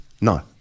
no